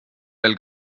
veel